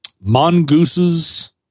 mongooses